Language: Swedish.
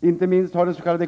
Inte minst har dens.k.